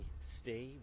stay